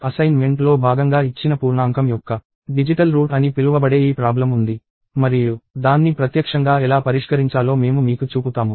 అసైన్మెంట్లో భాగంగా ఇచ్చిన పూర్ణాంకం యొక్క డిజిటల్ రూట్ అని పిలువబడే ఈ ప్రాబ్లమ్ ఉంది మరియు దాన్ని ప్రత్యక్షంగా ఎలా పరిష్కరించాలో మేము మీకు చూపుతాము